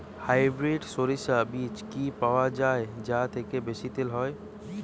Hybrid শরিষা বীজ কি পাওয়া য়ায় যা থেকে বেশি তেল হয়?